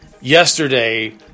Yesterday